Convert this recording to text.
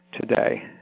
today